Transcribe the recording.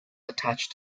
attached